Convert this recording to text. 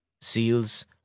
seals